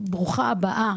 ברוכה הבאה